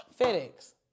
FedEx